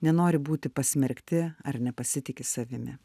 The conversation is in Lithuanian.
nenori būti pasmerkti ar nepasitiki savimi